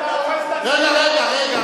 אתה הורס את, לא, לא, רגע,